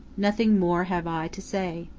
nothing more have i to say.